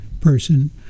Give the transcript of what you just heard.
person